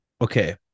okay